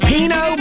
Pino